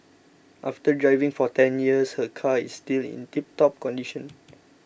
after driving for ten years her car is still in tiptop condition